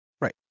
right